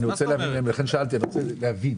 לכן שאלתי, אני מנסה להבין.